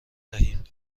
دهیم